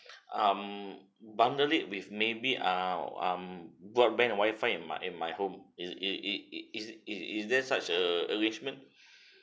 um bundle it with maybe ah um broadband wifi and my and my home it it it is it is there such an arrangement